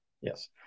Yes